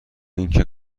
اینکه